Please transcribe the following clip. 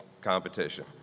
competition